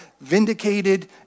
vindicated